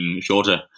shorter